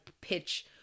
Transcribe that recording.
pitch